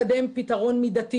צריך לקדם פתרון מידתי